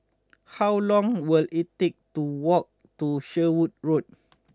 how long will it take to walk to Sherwood Road